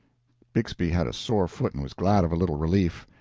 bixby had a sore foot and was glad of a little relief.